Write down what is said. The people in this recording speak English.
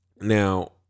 Now